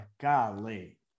golly